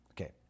okay